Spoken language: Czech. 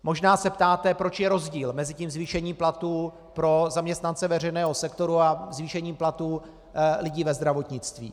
Možná se ptáte, proč je rozdíl mezi zvýšením platů pro zaměstnance veřejného sektoru a zvýšením platů lidí ve zdravotnictví.